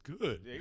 good